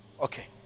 Okay